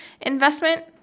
investment